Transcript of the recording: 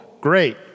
Great